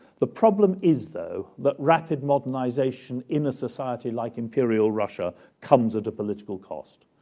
the problem is, though, that rapid modernization in a society like imperial russia comes at a political cost,